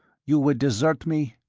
you would desert me?